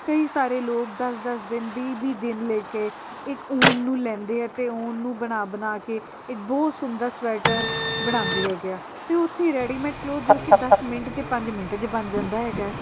ਕਈ ਸਾਰੇ ਲੋਕ ਦਸ ਦਸ ਦਿਨ ਵੀਹ ਵੀਹ ਦਿਨ ਲੈ ਕੇ ਇੱਕ ਉੱਨ ਨੂੰ ਲੈਂਦੇ ਆ ਅਤੇ ਉੱਨ ਨੂੰ ਬਣਾ ਬਣਾ ਕੇ ਇੱਕ ਬਹੁਤ ਸੁੰਦਰ ਸਵੈਟਰ ਬਣਾਉਂਦੇ ਹੈਗੇ ਆ ਅਤੇ ਉੱਥੇ ਰੈਡੀਮੇਡ ਕਲੋਥ ਜੋ ਕਿ ਦਸ ਮਿੰਟ ਅਤੇ ਪੰਜ ਮਿੰਟ 'ਚ ਬਣ ਜਾਂਦਾ ਹੈਗਾ ਹੈ